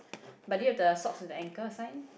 but do you have the socks with the anchor sign